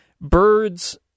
birds